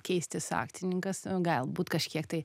keistis akcininkas galbūt kažkiek tai